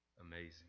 amazing